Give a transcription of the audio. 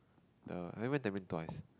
ya I only went Tampines twice